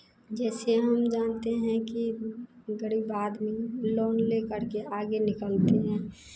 जैसे हम जानते हैं कि ग़रीब आदमी लोन लेकर के आगे निकलते हैं